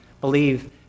believe